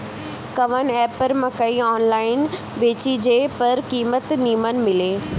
कवन एप पर मकई आनलाइन बेची जे पर कीमत नीमन मिले?